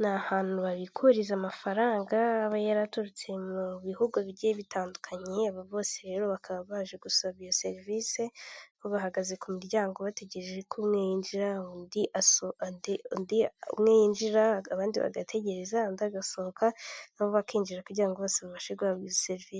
ni ahantu babikuririza amafaranga aba yaraturutse mu bihugu bigiye bitandukanye aba bose rero bakaba baje gusaba iyo serivisi bahagaze ku muryango bategereje ko yinjira naho undi niyinjira abandi bagategereza undi agasohoka nabo bakinjira kugira bose babashe guhabwa serivisi.